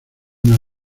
una